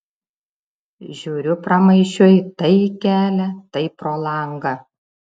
žiūriu pramaišiui tai į kelią tai pro langą